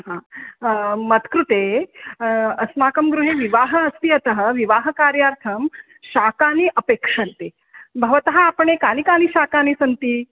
हा मत्कृते अस्माकं गृहे विवाहः अस्ति अतः विवाहकार्यार्थं शाकानि अपेक्ष्यन्ते भवतः आपणे कानि कानि शाकानि सन्ति